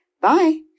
Bye